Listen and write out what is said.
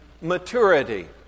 maturity